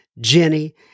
Jenny